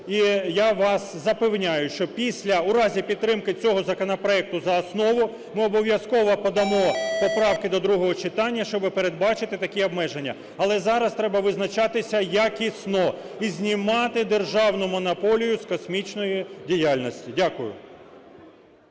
І я вас запевняю, що після… У разі підтримки цього законопроекту за основу ми обов'язково подамо поправки до другого читання, щоби передбачити такі обмеження. Але зараз треба визначатися якісно і знімати державну монополію з комічної діяльності. Дякую.